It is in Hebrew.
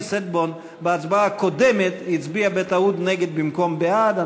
שטבון בהצבעה הקודמת הצביע בטעות נגד במקום בעד.